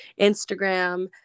Instagram